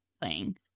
playing